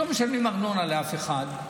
לא משלמים ארנונה לאף אחד.